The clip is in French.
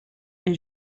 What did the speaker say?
est